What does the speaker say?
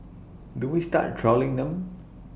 do we start trolling them